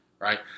Right